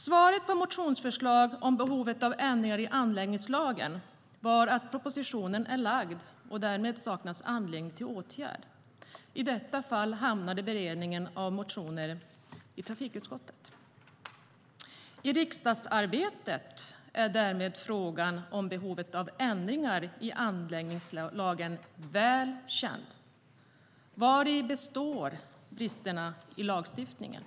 Svaret på motionsförslag om behovet av ändringar i anläggningslagen var att propositionen är framlagd, och därmed saknas anledning till åtgärd. I detta fall hamnade beredningen av motionerna i trafikutskottet. I riksdagsarbetet är därmed frågan om behovet av ändringar i anläggningslagen väl känd. Vari består bristerna i lagstiftningen?